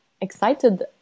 excited